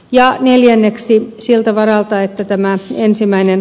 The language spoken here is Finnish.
ja neljänneksi siltä varalta että tämä ensimmäinen